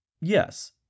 Yes